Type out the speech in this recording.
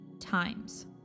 times